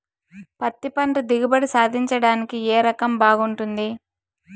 పత్తి పంట దిగుబడి సాధించడానికి ఏ రకం బాగుంటుంది?